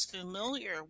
familiar